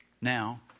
now